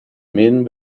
men